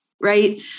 right